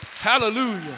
Hallelujah